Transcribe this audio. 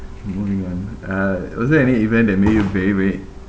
moving on uh was there any event that made you very very